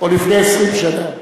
או לפני 20 שנה.